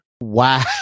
Wow